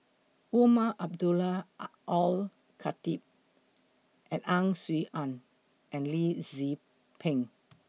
Umar Abdullah Are Al Khatib Ang Swee Aun and Lee Tzu Pheng